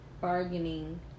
bargaining